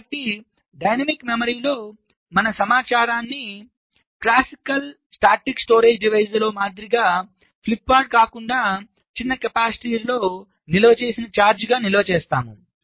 కాబట్టి డైనమిక్ మెమరీలో మనము సమాచారాన్ని క్లాసికల్ స్టాటిక్స్ స్టోరేజ్ డివైస్లో మాదిరిగా ఫ్లిప్ ఫ్లాప్గా కాకుండా చిన్న కెపాసిటర్లో నిల్వ చేసిన ఛార్జ్గా నిల్వ చేస్తాము